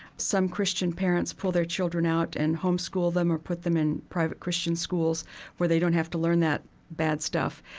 some christian parents pull their children out and home school them or put them in private christian schools where they don't have to learn that bad stuff.